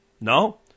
No